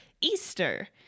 Easter